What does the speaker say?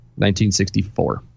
1964